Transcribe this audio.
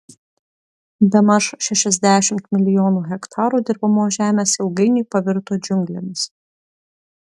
bemaž šešiasdešimt milijonų hektarų dirbamos žemės ilgainiui pavirto džiunglėmis